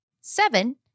Seven